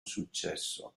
successo